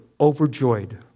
overjoyed